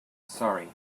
sorry